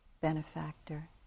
benefactor